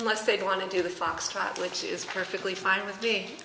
analyst they don't want to do the foxtrot which is perfectly fine with